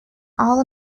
all